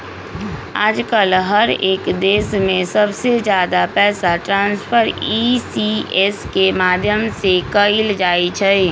आजकल हर एक देश में सबसे ज्यादा पैसा ट्रान्स्फर ई.सी.एस के माध्यम से कइल जाहई